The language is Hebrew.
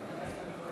במליאה.